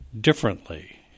differently